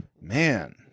Man